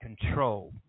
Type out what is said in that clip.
control